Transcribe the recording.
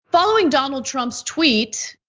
following donald trump's tweet,